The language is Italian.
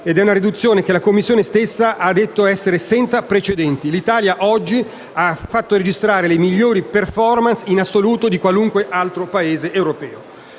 del 34 per cento, che la Commissione stessa ha detto essere senza precedenti. L'Italia oggi ha fatto registrare le migliori *performance* in assoluto, rispetto a qualsiasi altro Paese europeo.